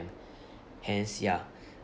hence ya